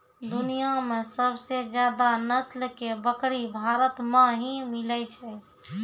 दुनिया मॅ सबसे ज्यादा नस्ल के बकरी भारत मॅ ही मिलै छै